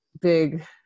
big